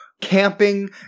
camping